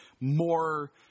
more